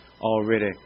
already